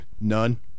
none